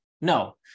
No